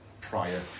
prior